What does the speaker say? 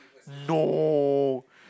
no